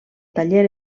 taller